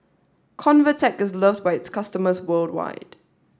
Convatec is loved by its customers worldwide